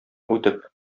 үтеп